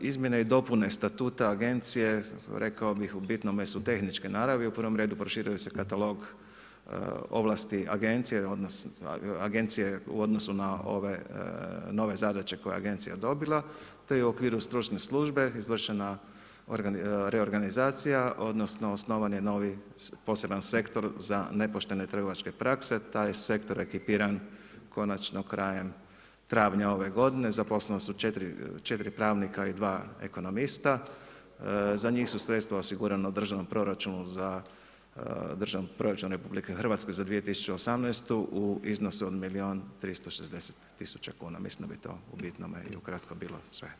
Izmjene i dopune statuta Agencije rekao bih u bitnome su tehničke naravi, u prvom redu proširuje se katalog ovlasti Agencije odnosno Agencije u ove zadaće koje je Agencija dobila te je u okviru stručne službe izvršena reorganizacija odnosno osnovan je novi poseban sektor za nepoštene trgovačke prakse, taj je sektor ekipiran konačno krajem travnja prve godine, zaposlena su 4 pravnika i 2 ekonomista, za njih su sredstva osigurana u državnom proračunu za državnu proračun RH za 2018. u iznosu od milijun i 360 000 kuna, mislim da bi to u bitnome i ukratko bilo sve.